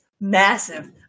massive